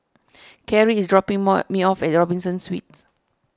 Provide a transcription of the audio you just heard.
Kerrie is dropping more me off at Robinson Suites